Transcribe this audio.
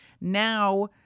now